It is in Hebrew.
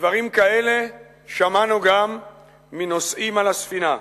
דברים כאלה שמענו גם מנוסעים על הספינה.